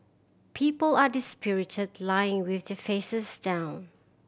people are dispirited lying with their faces down